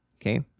okay